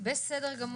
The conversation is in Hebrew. אני